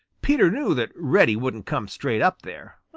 peter knew that reddy wouldn't come straight up there.